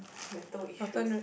mental issues